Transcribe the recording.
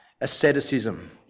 asceticism